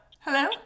Hello